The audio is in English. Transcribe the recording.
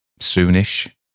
soonish